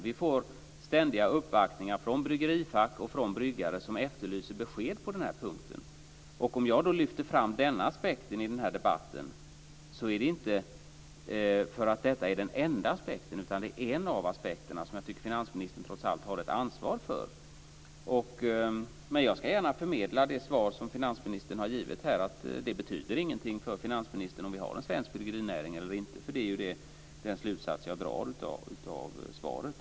Vi får ständiga uppvaktningar från bryggerifack och bryggare som efterlyser besked på den här punkten. Om jag då lyfter fram denna aspekt i den här debatten är det inte för att detta är den enda aspekten. Det är en av aspekterna som jag tycker att finansministern trots allt har ett ansvar för. Men jag ska gärna förmedla det svar som finansministern har givit här, att det inte betyder någonting för finansministern om vi har en svensk bryggerinäring eller inte. Det är den slutsats jag drar av svaret.